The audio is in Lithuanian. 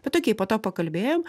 bet okei po to pakalbėjom